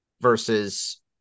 versus